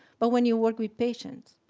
but when you work with patients.